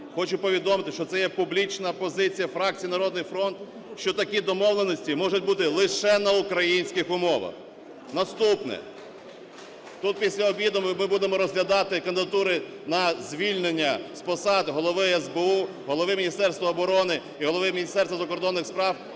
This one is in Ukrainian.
Хочу повідомити, що це є публічна позиція фракції "Народний фронт", що такі домовленості можуть бути лише на українських умовах. Наступне. Тут після обіду ми будемо розглядати кандидатури на звільнення з посад Голови СБУ, голови Міністерства оборони і голови Міністерства закордонних справ,